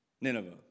Nineveh